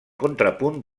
contrapunt